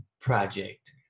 Project